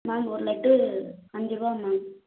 ma'am ஒரு லட்டு அஞ்சு ரூபா மேம்